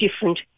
different